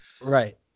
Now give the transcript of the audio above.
Right